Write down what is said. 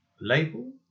Label